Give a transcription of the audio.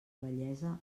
vellesa